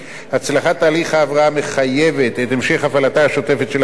הצלחת תהליך ההבראה מחייבת את המשך הפעלתה השוטפת של החברה.